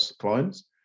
clients